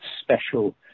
special